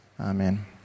Amen